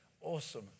awesome